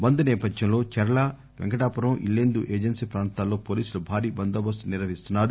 బంద్ సేపథ్యంలో చెర్ల వెంకటాపురం ఇల్లెందు ఏజెన్సీ ప్రాంతాల్లో పోలీసులు భారీ బందోబస్తు నిర్వహిస్తున్నారు